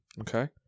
Okay